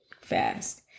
fast